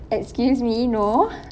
excuse me no